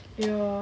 ya